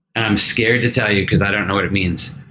i'm scared to tell you because i don't know what it means,